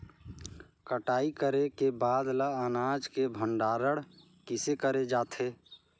कटाई करे के बाद ल अनाज के भंडारण किसे करे जाथे?